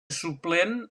suplent